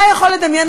אתה יכול לדמיין,